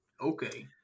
Okay